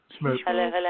hello